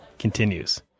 continues